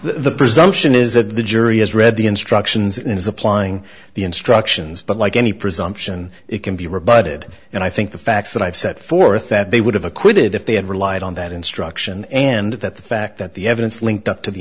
that the jury has read the instructions it is applying the instructions but like any presumption it can be rebutted and i think the facts that i've set forth that they would have acquitted if they had relied on that instruction and that the fact that the evidence linked up to the